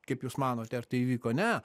kaip jūs manote ar tai įvyko ne